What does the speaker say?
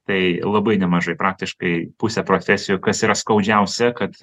tai labai nemažai praktiškai pusė profesijų kas yra skaudžiausia kad